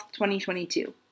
2022